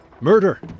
Murder